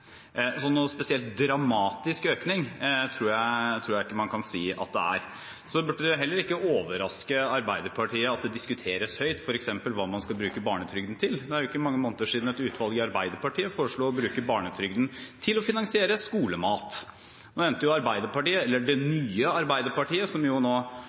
så noen spesielt dramatisk økning tror jeg ikke man kan si at det er. Det burde heller ikke overraske Arbeiderpartiet at det diskuteres høyt f.eks. hva man skal bruke barnetrygden til. Det er ikke mange måneder siden et utvalg i Arbeiderpartiet foreslo å bruke barnetrygden til å finansiere skolemat. Nå endte jo Arbeiderpartiet – eller «Det nye Arbeiderpartiet», som jo nå